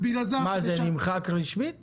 מה, זה נמחק רשמית?